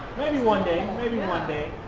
maybe one day. maybe one day